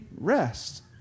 rest